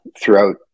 throughout